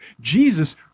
Jesus